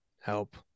help